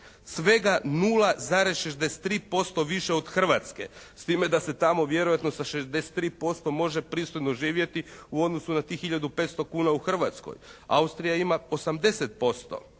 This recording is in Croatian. Svega 0,63% više od Hrvatske. S time da se tamo vjerojatno sa 63% može pristojno živjeti u odnosu na tih 1500 kuna u Hrvatskoj. Austrija ima 80%.